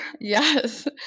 yes